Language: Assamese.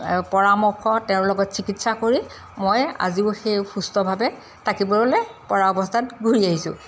পৰামৰ্শ তেওঁৰ লগত চিকিৎসা কৰি মই আজিও সেই সুস্থভাৱে থাকিবলৈ পৰা অৱস্থাত ঘূৰি আহিছোঁ